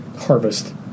harvest